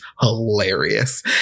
hilarious